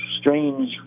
strange